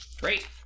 Great